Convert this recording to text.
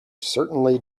certainly